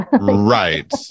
Right